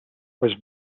was